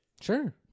sure